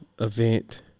event